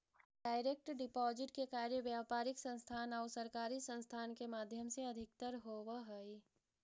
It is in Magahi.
डायरेक्ट डिपॉजिट के कार्य व्यापारिक संस्थान आउ सरकारी संस्थान के माध्यम से अधिकतर होवऽ हइ